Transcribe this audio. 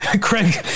Craig